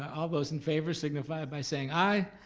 all those in favor signify by saying aye.